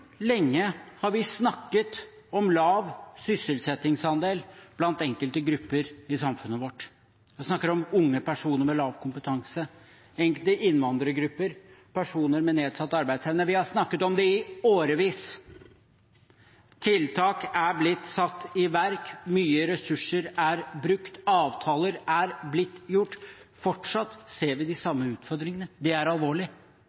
lenge har vi snakket om lav sysselsettingsandel blant enkelte grupper i samfunnet vårt? Jeg snakker da om unge personer med lav kompetanse, enkelte innvandrergrupper og personer med nedsatt arbeidsevne. Vi har snakket om det i årevis. Tiltak er blitt satt i verk, mye ressurser er brukt, avtaler er blitt gjort – fortsatt ser vi de samme utfordringene. Det er alvorlig.